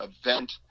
event